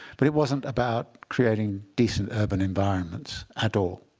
but it wasn't about creating decent urban environments at all.